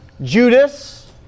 Judas